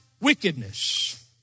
wickedness